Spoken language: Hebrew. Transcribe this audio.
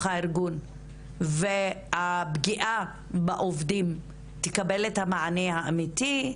הארגון והפגיעה בעובדים יקבלו את המענה האמיתי,